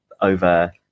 over